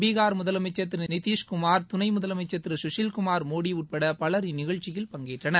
பீகார் முதலமைச்சா திரு நிதிஷ் குமார் துணை முதலமைச்சா திரு குஷில்குமார் மோடி உட்பட பலர் இந்நிகழ்ச்சியில் பங்கேற்றனர்